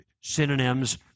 synonyms